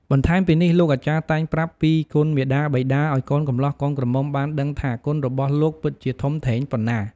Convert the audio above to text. បន្ថែមពីនេះលោកអាចារ្យតែងប្រាប់ពីគុណមាតាបិតាឱ្យកូនកម្លោះកូនក្រមុំបានដឹងថាគុណរបស់លោកពិតជាធំធេងប៉ុណ្ណា។